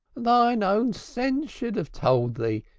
thine own sense should have told thee.